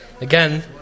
Again